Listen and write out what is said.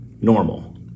normal